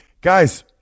Guys